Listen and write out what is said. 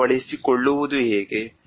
ಅಳವಡಿಸಿಕೊಳ್ಳುವುದು ಹೇಗೆ